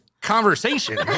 conversation